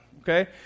okay